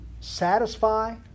satisfy